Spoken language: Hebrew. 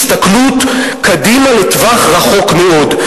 הסתכלות קדימה לטווח ארוך מאוד.